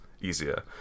easier